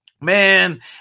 man